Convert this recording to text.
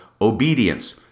Obedience